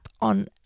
on